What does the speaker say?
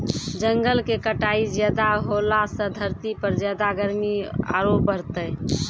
जंगल के कटाई ज्यादा होलॅ सॅ धरती पर ज्यादा गर्मी आरो बढ़तै